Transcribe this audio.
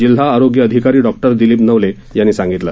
जिल्हा आरोग्य अधिकारी डॉक्टर दिलीप नवले यांनी सांगितलं